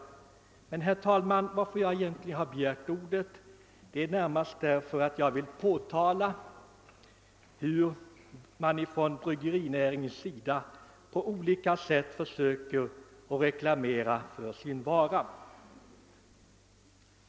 Anledningen till att jag begärt ordet är emellertid närmast att jag vill påtala hur man inom bryggerinäringen på olika sätt gör reklam för sin vara.